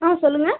on சொல்லுங்கள்